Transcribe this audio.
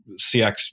CX